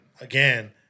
again